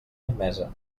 admesa